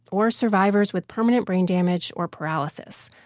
or survivors with permanent brain damage or paralysis.